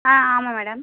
ஆ ஆமாம் மேடம்